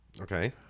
Okay